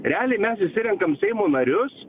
realiai mes išsirenkam seimo narius